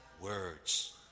words